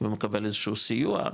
ומקבל איזשהו סיוע,